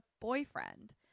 boyfriend